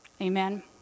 amen